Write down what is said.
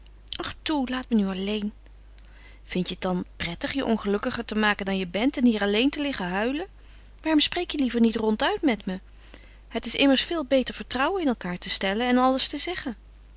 laat me nu alleen vindt je het dan prettig je ongelukkiger te maken dan je bent en hier alleen te liggen huilen waarom spreek je liever niet ronduit met me het is immers veel beter vertrouwen in elkaâr te stellen en alles te zeggen